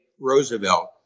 Roosevelt